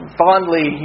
fondly